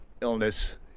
illness